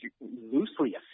loosely